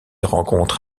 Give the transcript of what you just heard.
rencontre